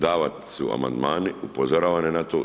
Davani su amandmani, upozoravan je na to.